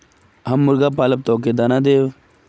हम मुर्गा पालव तो उ के दाना देव?